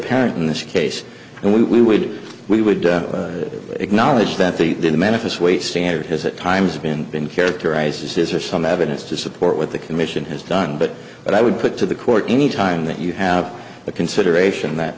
parent in this case and we would we would acknowledge that the did amenophis wait standard has at times been been characterized as his or some evidence to support what the commission has done but what i would put to the court any time that you have the consideration that